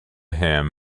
him